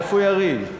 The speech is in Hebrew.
איפה יריב?